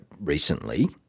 recently